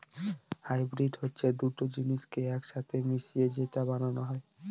hybrid হচ্ছে দুটো জিনিসকে এক সাথে মিশিয়ে যেটা বানানো হয়